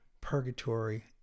purgatory